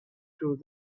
through